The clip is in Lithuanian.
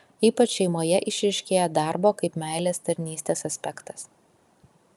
ypač šeimoje išryškėja darbo kaip meilės tarnystės aspektas